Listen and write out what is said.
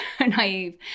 naive